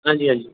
हां जी हां जी